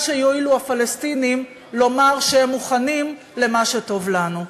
שיואילו הפלסטינים לומר שהם מוכנים למה שטוב לנו.